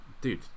dude